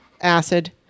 acid